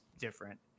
different